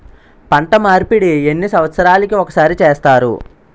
పంట మార్పిడి ఎన్ని సంవత్సరాలకి ఒక్కసారి చేస్తారు?